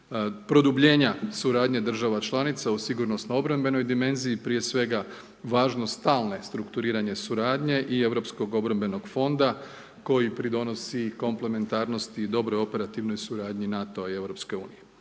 produbljenja suradnje država članica u sigurnosno-obrambenoj dimenziji prije svega važnost stalne strukturiranje suradnje i Europskog obrambenog fonda koji pridonosi komplementarnosti i dobroj operativnoj suradnji NATO-a i